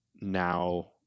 now